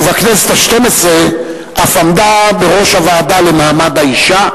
ובכנסת השתים-עשרה אף עמדה בראש הוועדה למעמד האשה,